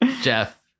Jeff